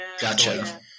gotcha